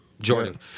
Jordan